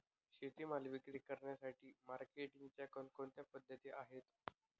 शेतीमाल विक्री करण्यासाठी मार्केटिंगच्या कोणकोणत्या पद्धती आहेत?